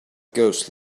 ghost